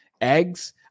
eggs